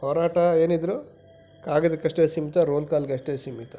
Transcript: ಹೋರಾಟ ಏನಿದ್ದರೂ ಕಾಗದಕ್ಕಷ್ಟೇ ಸೀಮಿತ ರೋಲ್ ಕಾಲ್ಗಷ್ಟೇ ಸೀಮಿತ